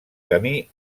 camí